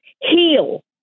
heal